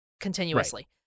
continuously